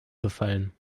befallen